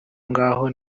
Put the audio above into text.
ngaho